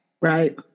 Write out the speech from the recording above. Right